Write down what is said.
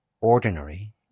ordinary